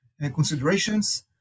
considerations